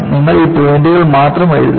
നിങ്ങൾ ഈ പോയിന്റുകൾ മാത്രം എഴുതുക